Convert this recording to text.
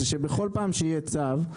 זה שבכל פעם שיהיה צו,